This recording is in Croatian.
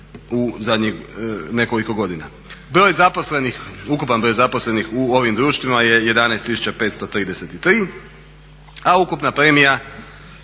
u zadnjih nekoliko godina.